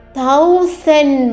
thousand